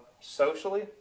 Socially